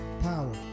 Power